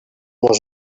les